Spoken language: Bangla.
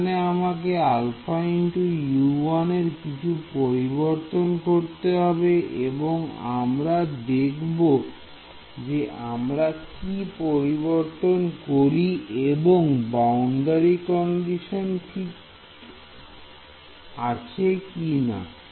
এখানে আমাকে α × U1 এর কিছু পরিবর্তন করতে হবে এবং আমরা দেখব যে আমরা কি পরিবর্তন করি এবং বাউন্ডারি কন্ডিশন ঠিক আছে কিনা